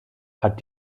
hat